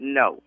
no